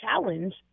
challenge